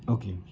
okay